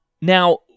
Now